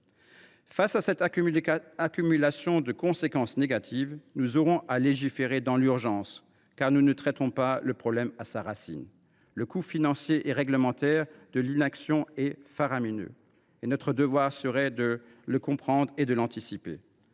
Face à cette accumulation de conséquences négatives, nous aurons à légiférer dans l’urgence, car nous ne traitons pas le problème à sa racine. Le coût financier et réglementaire de l’inaction est faramineux. Notre devoir est de le comprendre et de l’anticiper.